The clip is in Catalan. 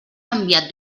canviat